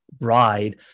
ride